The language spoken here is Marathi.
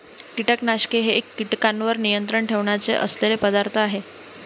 कीटकनाशके हे कीटकांवर नियंत्रण ठेवण्यासाठी असलेले पदार्थ आहेत